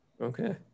Okay